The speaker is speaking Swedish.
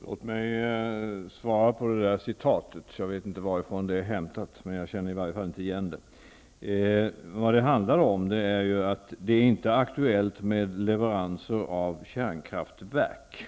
Herr talman! Låt mig kommentera citatet. Jag vet inte varifrån det är hämtat -- jag känner i varje fall inte igen det. Vad det handlar om är att det inte är aktuellt med leveranser av kärnkraftverk,